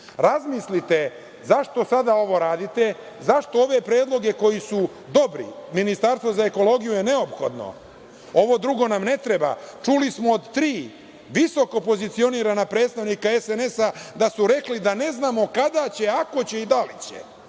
Razmislite zašto sada ovo radite, zašto ove predloge koji su dobri… Ministarstvo za ekologiju je neophodno, ovo drugo nam ne treba. Čuli smo od tri visokopozicionirana predstavnika SNS da su rekli da ne znaju kada će, ako će i da li će,